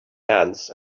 hands